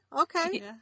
okay